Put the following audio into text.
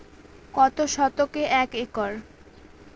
কত শতকে এক একর?